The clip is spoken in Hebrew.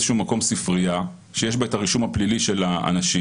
שהוא מקום ספרייה שיש בה את הרישום הפלילי של האנשים,